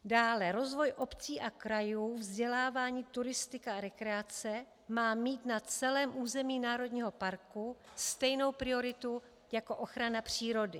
Dále rozvoj obcí a krajů, vzdělávání, turistika a rekreace má mít na celém území národního parku stejnou prioritu jako ochrana přírody.